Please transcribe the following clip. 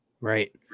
right